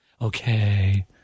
Okay